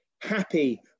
happy